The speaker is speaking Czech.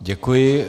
Děkuji.